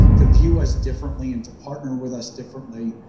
to view us differently and to partner with us differently.